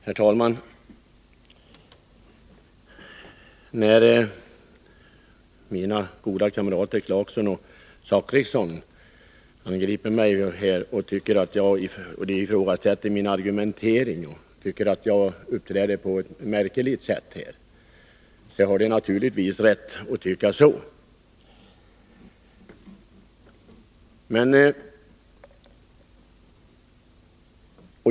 Herr talman! Mina goda kamrater Rolf Clarkson och Bertil Zachrisson angriper mig här genom att ifrågasätta min argumentering. De tycker att jag uppträder på ett märkligt sätt, och de har naturligtvis rätt att tycka det.